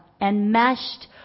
enmeshed